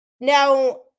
Now